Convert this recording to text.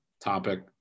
topic